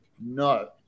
No